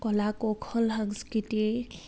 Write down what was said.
কলা কৌশল সাংস্কৃতিক